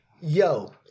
yo